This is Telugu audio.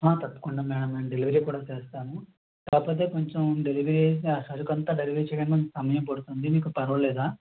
తప్పకుండా మేడం మేము డెలివరీ కూడా చేస్తాము కాకపోతే కొంచెం డెలివరీ అయితే సరుకంతా డెలివరీ చేయడానికి కొంచెం సమయం పడుతుంది మీకు పర్వాలేదా